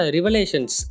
Revelations